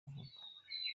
kuvuga